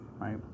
right